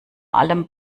allem